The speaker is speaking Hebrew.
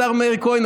השר מאיר כהן,